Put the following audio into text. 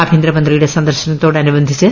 ആഭ്യന്തരമന്ത്രിയുടെ സന്ദർശനത്തോടനുബന്ധിച്ചു